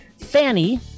Fanny